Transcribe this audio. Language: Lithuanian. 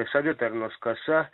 savitarnos kasa